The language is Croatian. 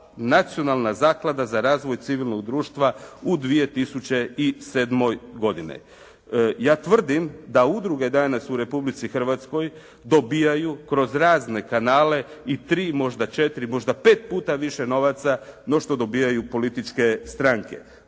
Nacionalna zaklada za razvoj civilnog društva u 2007. godini. Ja tvrdim da udruge danas u Republici Hrvatskoj dobijaju kroz razne kanale i tri, možda četiri, možda pet puta više novaca no što dobijaju političke stranke.